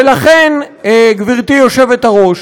ולכן, גברתי היושבת-ראש,